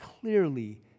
clearly